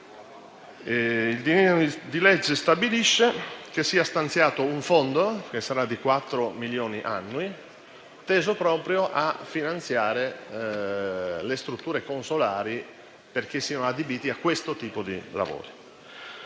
Il disegno di legge stabilisce che sia stanziato un fondo, che sarà di quattro milioni annui, diretto a finanziare le strutture consolari perché siano adibite a questo tipo di lavori.